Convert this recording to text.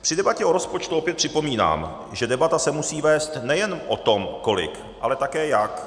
Při debatě o rozpočtu opět připomínám, že debata se musí vést nejen o tom kolik, ale také jak.